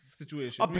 situation